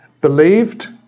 Believed